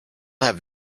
have